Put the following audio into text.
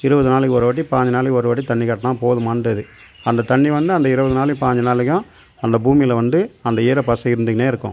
இருபது நாளைக்கு ஒரு வாட்டி பாய்ஞ்சு நாளைக்கு ஒரு வாட்டி தண்ணி காட்டினா போதுமானது அது அந்த தண்ணி வந்து அந்த இருபது நாளை பாய்ஞ்சு நாளைக்கும் அந்த பூமியில வந்து அந்த ஈர பச இருந்துக்கின்னே இருக்கும்